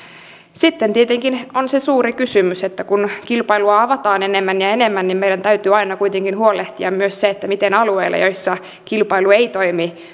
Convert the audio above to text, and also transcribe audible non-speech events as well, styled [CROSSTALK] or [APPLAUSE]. sitten tietenkin on se suuri kysymys että kun kilpailua avataan enemmän ja enemmän niin meidän täytyy aina kuitenkin huolehtia myös se miten alueilla joilla kilpailu ei toimi [UNINTELLIGIBLE]